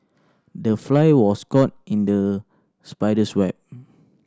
the fly was caught in the spider's web